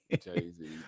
Jay-Z